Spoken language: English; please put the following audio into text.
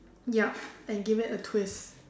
yup and give it a twist